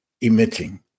emitting